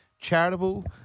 charitable